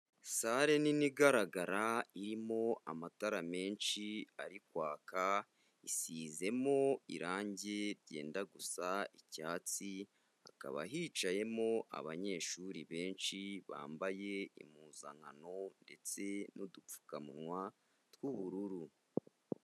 Salle nini igaragara, irimo amatara menshi ari kwaka, isizemo irangi ryenda gusa icyatsi, hakaba hicayemo abanyeshuri benshi, bambaye impuzankano ndetse n'udupfukamunwa tw'ubururu.